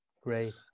Great